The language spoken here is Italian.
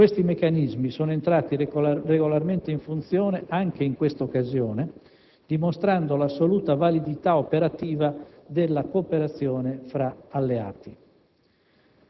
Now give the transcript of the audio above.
Questi meccanismi sono entrati regolarmente in funzione anche in quest'occasione, dimostrando l'assoluta validità operativa della cooperazione fra alleati.